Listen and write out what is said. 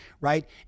right